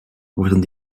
worden